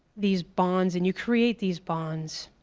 these bonds and you create these bonds